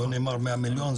פה נאמר 100 מיליון,